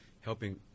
helping